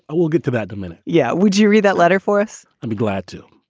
ah we'll get to that in a minute. yeah. would you read that letter for us? i'd be glad to.